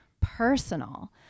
personal